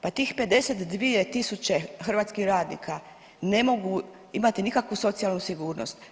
Pa tih 52.000 hrvatskih radnika ne mogu imati nikakvu socijalnu sigurnost.